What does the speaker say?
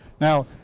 Now